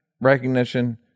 recognition